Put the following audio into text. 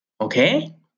okay